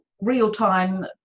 real-time